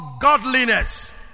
godliness